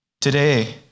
Today